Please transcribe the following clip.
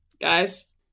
guys